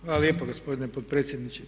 Hvala lijepa gospodine potpredsjedniče.